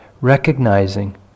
Recognizing